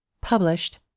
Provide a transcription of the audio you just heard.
Published